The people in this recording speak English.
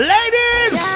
Ladies